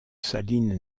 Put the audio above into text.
saline